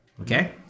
okay